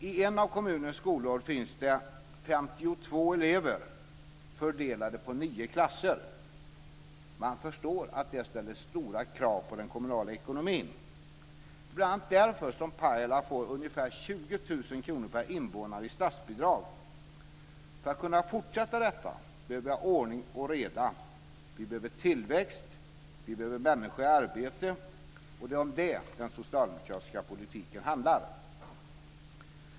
I en av kommunens skolor finns det 52 elever fördelade på nio klasser. Man förstår att det ställer stora krav på den kommunala ekonomin. Det är bl.a. därför som Pajala får ungefär 20 000 kr per invånare i statsbidrag. För att kunna fortsätta detta behöver vi har ordning och reda. Vi behöver tillväxt. Vi behöver människor i arbete. Det är om det den socialdemokratiska politiken handlar.